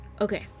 Okay